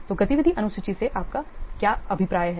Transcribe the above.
तो गतिविधि अनुसूची से आपका क्या अभिप्राय है